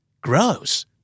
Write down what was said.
gross